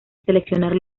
seleccionar